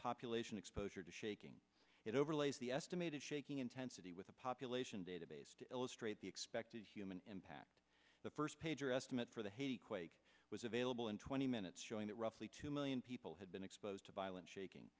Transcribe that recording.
population exposure to shaking it overlays the estimated shaking intensity with a population database to illustrate the expected human impact the first page or estimate for the haiti quake was available in twenty minutes showing that roughly two million people had been exposed to violence shaking